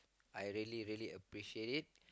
I really really appreciate it